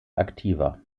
aktiver